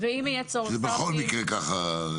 זה בכל מקרה ככה?